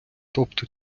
тобто